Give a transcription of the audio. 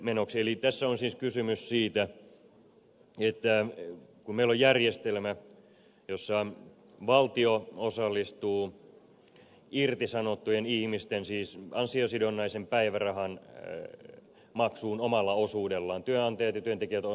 eli tässä on siis kysymys siitä että meillä on järjestelmä jossa valtio osallistuu irtisanottujen ihmisten ansiosidonnaisen päivärahan maksuun omalla osuudellaan työnantajat ja työntekijät omalla osuudellaan